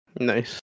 Nice